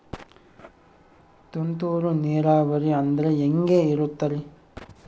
ತುಂತುರು ನೇರಾವರಿ ಅಂದ್ರೆ ಹೆಂಗೆ ಇರುತ್ತರಿ?